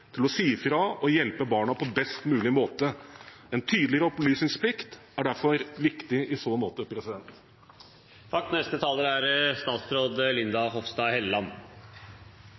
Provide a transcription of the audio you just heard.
til å si fra og hjelpe dem på best mulig måte. En tydeligere opplysningsplikt er derfor viktig i så måte.